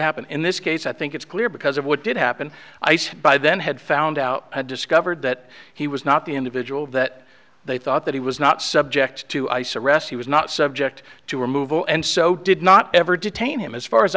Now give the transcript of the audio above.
happen in this case i think it's clear because of what did happen i said by then had found out i discovered that he was not the individual that they thought that he was not subject to ice arrest he was not subject to removal and so did not ever detain him as far as